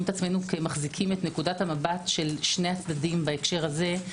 עצמנו מחזיקים נקודת המבט של שני הצדדים בהקשר הזה.